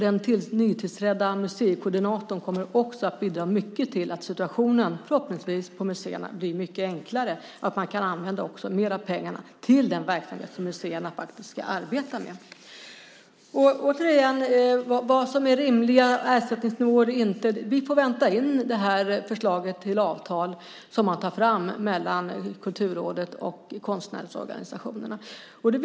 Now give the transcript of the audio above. Den nytillträdda museikoordinatorn kommer dessutom att starkt bidra till att situationen förhoppningsvis blir enklare samt att mer av pengarna kan användas till den verksamhet som museerna faktiskt ska arbeta med. Vad som är rimliga ersättningsnivåer eller inte får vi vänta med tills förslaget till avtal mellan Kulturrådet och konstnärsorganisationerna tagits fram.